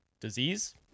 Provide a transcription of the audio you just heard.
disease